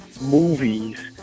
movies